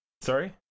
sorry